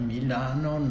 Milano